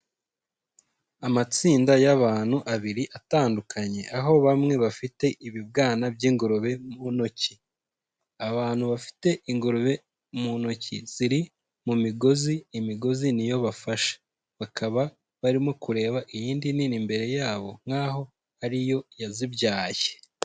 Amatsinda y'abantu abiri atandukanye, aho bamwe bafite ibibwana by'ingurube mu ntoki, abantu bafite ingurube mu ntoki ziri mu migozi, imigozi ni yo bafashe, bakaba barimo kureba iyindi nini imbere yabo nkaho ari yo yazibyaye.